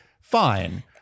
Fine